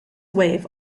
wave